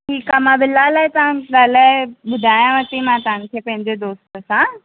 ठीकु आहे मां विला लाइ तव्हां ॻाल्हाए ॿुधायांव थी मां तव्हांखे पंहिंजे दोस्त सां